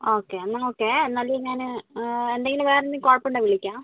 okay എന്നാൽ okay എന്നാലും ഞാൻ എന്തെങ്കിലും വേറെ എന്തെങ്കിലും കുഴപ്പം ഉണ്ടെങ്കിൽ വിളിക്കാം